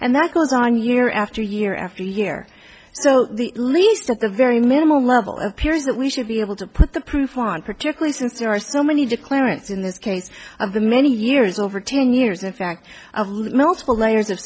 and that goes on year after year after year so least at the very minimal level appears that we should be able to put the proof on particularly since there are so many to clarence in this case of the many years over ten years in fact multiple layers of